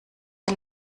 der